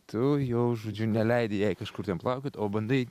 tu jau žodžiu neleidi jai kažkur ten plaukiot o bandai